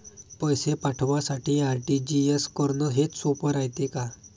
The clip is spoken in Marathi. पैसे पाठवासाठी आर.टी.जी.एस करन हेच सोप रायते का?